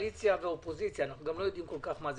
קואליציה ואופוזיציה אנחנו גם לא כל כך יודעים מה זה